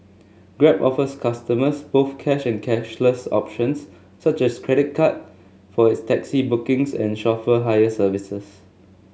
grab offers customers both cash and cashless options such as credit card for its taxi bookings and chauffeur hire services